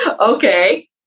Okay